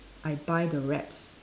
I buy the wraps